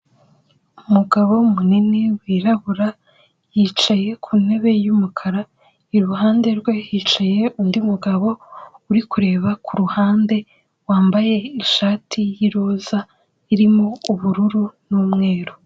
Umugabo munini wirabura, yicaye ku ntebe y'umukara, iruhande rwe hicaye undi mugabo uri kureba kuruhande, wambaye ishati y'iroza irimo ubururu n'umweru.